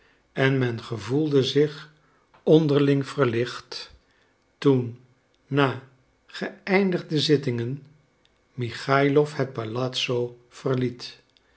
en men gevoelde zich onderling verlicht toen na geëindigde zittingen michaïlof het palazzo verliet